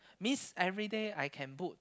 means every day I can book